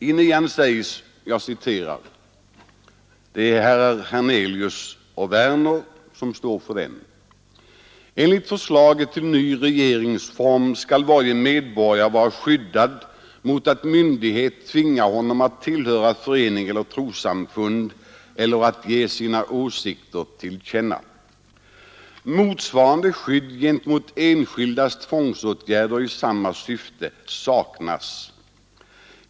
I reservation 9, som herrar Hernelius och Werner i Malmö står för, sägs: ”Enligt förslaget till ny regeringsform skall varje medborgare vara skyddad mot att myndighet tvingar honom att tillhöra förening eller trossamfund eller att ge sina åsikter till känna. Motsvarande skydd gentemot enskildas tvångsåtgärder i samma syfte saknas.